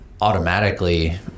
automatically